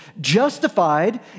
justified